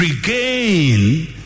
regain